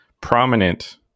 prominent